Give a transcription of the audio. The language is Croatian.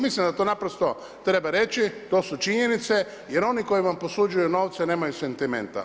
Mislim da to naprosto treba reći, to su činjenice, jer oni koji vam posuđuju novce, nemaju sentimenta.